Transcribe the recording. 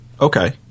Okay